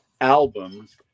albums